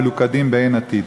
המלוכדים באין עתיד.